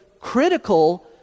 critical